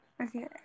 Okay